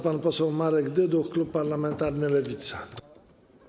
Pan poseł Marek Dyduch, klub parlamentarny Lewica.